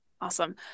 Awesome